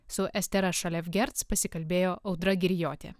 su estera šalevgerc pasikalbėjo audra girijotė